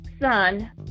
son